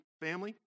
family